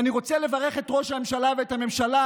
ואני רוצה לברך את ראש הממשלה ואת הממשלה